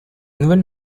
nouvelle